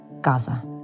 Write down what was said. Gaza